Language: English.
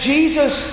Jesus